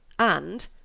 And—